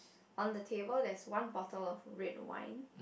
on the table there's one bottle of red wine